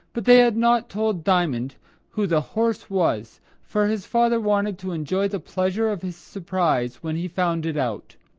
but they had not told diamond who the horse was for his father wanted to enjoy the pleasure of his surprise when he found it out.